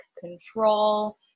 control